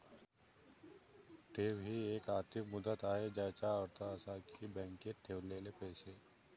ठेव ही एक आर्थिक मुदत आहे ज्याचा अर्थ असा आहे की बँकेत ठेवलेले पैसे